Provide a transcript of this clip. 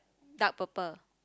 dark purple